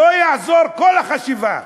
לא תעזור כל החשיבה.